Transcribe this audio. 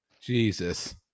Jesus